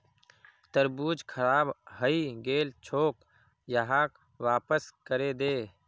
तरबूज खराब हइ गेल छोक, यहाक वापस करे दे